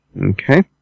Okay